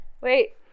Wait